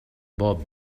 بوب